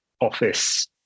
office